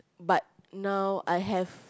but now I have